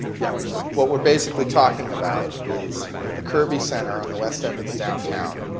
yeah what we're basically talking about is the kirby centre on the west end of the downtown,